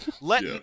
Let